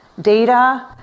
Data